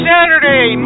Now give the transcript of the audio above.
Saturday